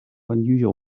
unusual